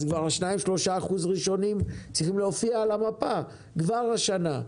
אז 3%-2% ראשונים צריכים להופיע על המפה כבר השנה.